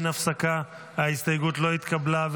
ההסתייגות לא התקבלה.